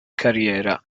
carriera